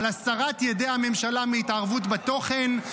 על הסרת ידי הממשלה מהתערבות בתוכן,